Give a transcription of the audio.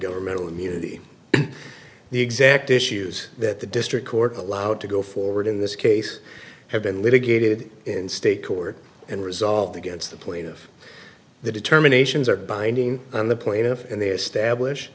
governmental immunity the exact issues that the district court allowed to go forward in this case have been litigated in state court and resolved against the plaintiff the determinations are binding on the point and their stablish